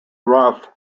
rough